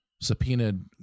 subpoenaed